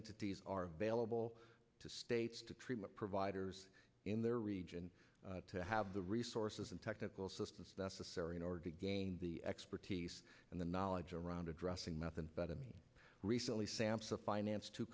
entities are available to states to treatment providers in their region to have the resources and technical assistance that's a scary in order to gain the expertise and the knowledge around addressing methamphetamine recently sam finance to